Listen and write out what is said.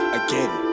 again